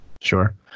Sure